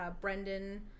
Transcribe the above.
Brendan